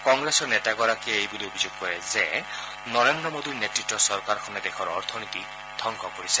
কংগ্ৰেছৰ নেতাগৰাকীয়ে এই বুলি অভিযোগ কৰে যে নৰেদ্ৰ মোদীৰ নেত়ত্বৰ চৰকাৰখনে দেশৰ অৰ্থনীতি ধবংস কৰিছে